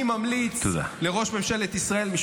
אני ממליץ לראש ממשלת ישראל, תודה.